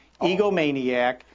egomaniac